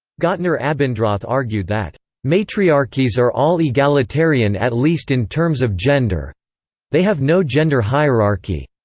gottner-abendroth argued that matriarchies are all egalitarian at least in terms of gender they have no gender hierarchy.